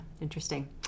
interesting